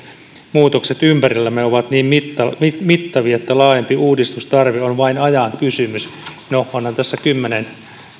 muutokset ympärillämme ovat niin mittavia mittavia että laajempi uudistustarve on vain ajan kysymys no onhan tässä kymmenen